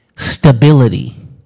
stability